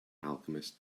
alchemist